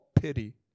pity